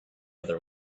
other